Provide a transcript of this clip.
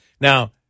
Now